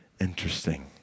interesting